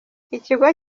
ikigo